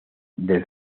del